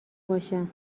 باشم